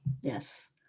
Yes